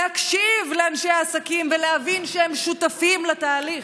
להקשיב לאנשי העסקים ולהבין שהם שותפים לתהליך.